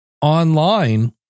online